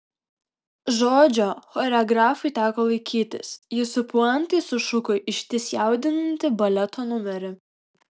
žodžio choreografui teko laikytis jis su puantais sušoko išties jaudinantį baleto numerį